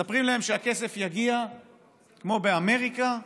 מספרים להם שהכסף יגיע כמו באמריקה,